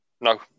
No